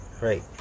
Right